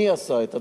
מי עשה את הדברים.